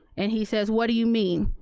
and he says, what do you mean?